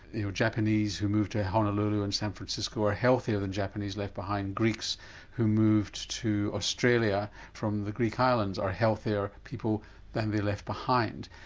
you know japanese who moved to honolulu and san francisco are healthier than japanese left behind. greeks who moved to australia from the greek islands are healthier people than they left behind.